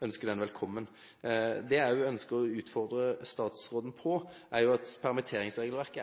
den velkommen. Det jeg også ønsker å utfordre statsråden på, er at mye av det viktige med permitteringsregelverket,